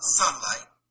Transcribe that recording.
sunlight